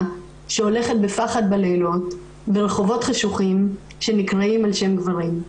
שהולכת בפחד בלילות ברחובות חשוכים שנקראים על שם גברים".